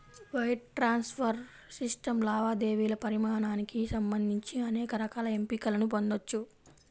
wire transfer system లావాదేవీల పరిమాణానికి సంబంధించి అనేక రకాల ఎంపికలను పొందొచ్చు